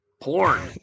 Porn